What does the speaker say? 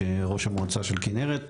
ראש המועצה של עמק הירדן.